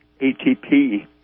ATP